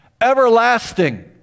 Everlasting